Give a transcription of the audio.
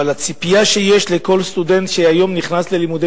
אבל הציפייה שיש לכל סטודנט שהיום נכנס ללימודי